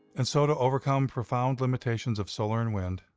and so to overcome profound limitations of solar and wind,